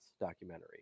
documentary